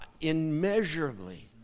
immeasurably